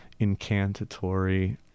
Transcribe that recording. incantatory